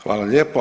Hvala lijepa.